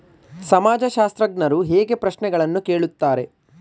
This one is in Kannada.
ಸಮಾಜಶಾಸ್ತ್ರಜ್ಞರು ಹೇಗೆ ಪ್ರಶ್ನೆಗಳನ್ನು ಕೇಳುತ್ತಾರೆ?